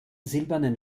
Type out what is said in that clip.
silbernen